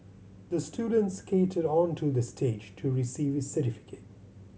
the student skated onto the stage to receive his certificate